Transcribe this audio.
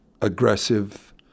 aggressive